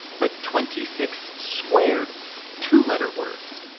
but twenty six squared two letter words.